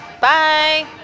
Bye